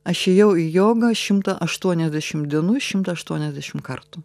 aš ėjau į jogą šimta aštuoniasdešimt dienų šimta aštuoniasdešimt kartų